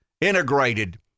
integrated